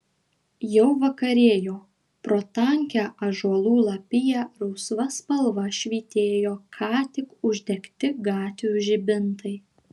jau vakarėjo pro tankią ąžuolų lapiją rausva spalva švytėjo ką tik uždegti gatvių žibintai